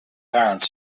parents